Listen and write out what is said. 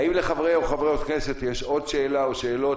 האם לחברי או חברות כנסת יש עוד שאלה או שאלות